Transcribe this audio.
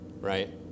right